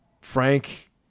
Frank